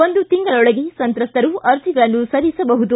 ಒಂದು ತಿಂಗಳೊಳಗೆ ಸಂತ್ರಸರು ಅರ್ಜಿಗಳನ್ನು ಸಲ್ಲಿಸಬಹುದು